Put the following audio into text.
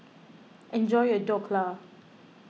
enjoy your Dhokla